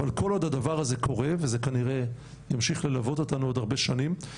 אבל כל עוד הדבר הזה קורה וזה כנראה ימשיך ללוות אותנו עוד הרבה שנים,